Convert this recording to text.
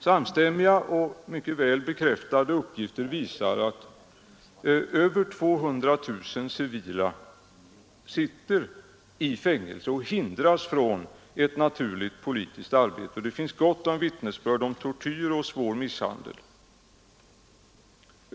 Samstämmiga och mycket väl bekräftade uppgifter visar att över 200 000 civila sitter i fängelse och hindras från ett naturligt politiskt arbete, och det finns gott om vittnesbörd om tortyr och svår misshandel.